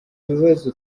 bibazo